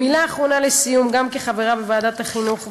מילה אחרונה לסיום, גם כחברה בוועדת החינוך וגם,